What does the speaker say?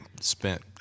spent